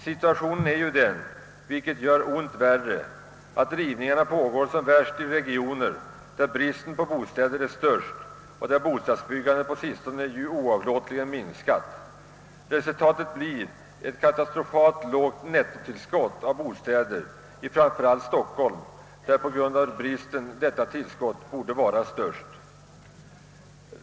Situationen är ju den — vilket gör ont värre — att rivningarna pågår som värst i regioner där bristen på bostäder är störst och där bostadsbyggandet på sistone oavlåtligt minskat. Resultatet blir ett katastrofalt lågt nettotillskott av bostäder framför allt i Stockholm, där på grund av bristen detta överskott borde vara störst.